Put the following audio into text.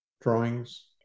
drawings